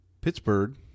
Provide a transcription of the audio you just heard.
Pittsburgh